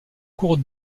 cours